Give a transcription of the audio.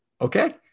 Okay